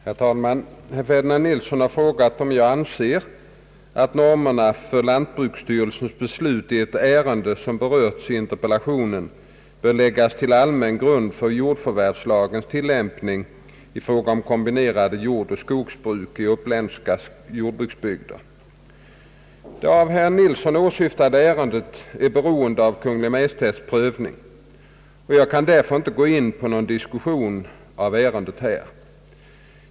Herr talman! Herr Ferdinand Nilsson har frågat om jag anser att normerna för lantbruksstyrelsens beslut i ett ärende som berörts i interpellationen bör läggas till allmän grund för jordförvärvslagens tillämpning i fråga om kombinerade jordoch skogsbruk i uppländska jordbruksbygder. Det av herr Nilsson åsyftade ärendet är beroende av Kungl. Maj:ts prövning, och jag kan därför inte gå in på någon diskussion av ärendet här.